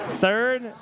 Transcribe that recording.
Third